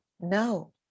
no